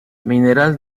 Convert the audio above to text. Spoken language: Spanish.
mineral